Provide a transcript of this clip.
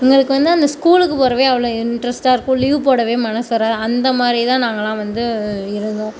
எங்களுக்கு வந்து அந்த ஸ்கூலுக்குப் போறதே அவ்வளவா இன்ட்ரஸ்ட்டாக இருக்கும் லீவு போடவே மனசு வராது அந்தமாதிரி தான் நாங்கள்லாம் வந்து இருந்தோம்